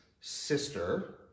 sister